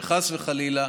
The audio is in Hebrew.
שחס וחלילה,